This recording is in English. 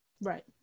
Right